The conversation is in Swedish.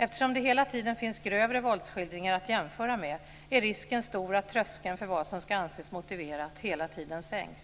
Eftersom det hela tiden finns grövre våldsskildringar att jämföra med att risken stor att tröskeln för vad som ska anses motiverat hela tiden sänks.